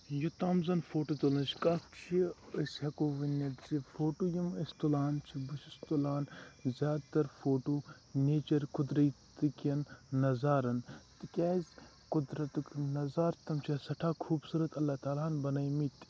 یوٚتام زَن فوٹو تُلنٕچ کَتھ چھِ أسۍ ہٮ۪کو ؤنِتھ زِ فوٹو یِم أسۍ تُلان چھِ بہٕ چھُس تُلان زیادٕ تر فوٹو نیچر قُدرَتکین نَظارَن تِکیازِ قُدرَتُک نَظارٕ تٔمۍ چھِ سٮ۪ٹھاہ خوٗبصوٗرت اللہ تعالٰی ہن بَنٲومٕتۍ